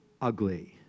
Ugly